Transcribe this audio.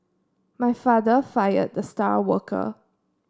my father fired the star worker